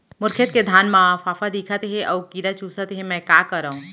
मोर खेत के धान मा फ़ांफां दिखत हे अऊ कीरा चुसत हे मैं का करंव?